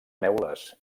neules